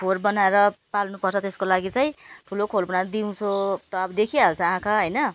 खोर बनाएर पाल्नु पर्छ त्यसको लागि चाहिँ ठुलो खोर बनाएर दिउँसो त देखिहाल्छ आँखा होइन